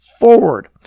forward